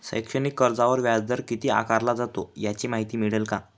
शैक्षणिक कर्जावर व्याजदर किती आकारला जातो? याची माहिती मिळेल का?